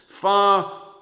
far